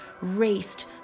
raced